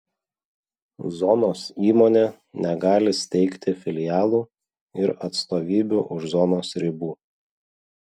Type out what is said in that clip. zonos įmonė negali steigti filialų ir atstovybių už zonos ribų